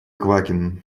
квакин